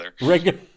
regular